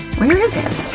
where is it?